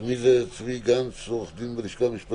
אם יהיה לי משהו להוסיף